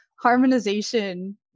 harmonization